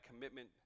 commitment